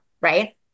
Right